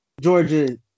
Georgia